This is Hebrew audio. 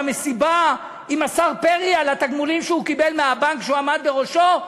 במסיבה עם השר פרי על התגמולים שהוא קיבל מהבנק שהוא עמד בראשו,